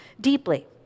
deeply